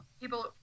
people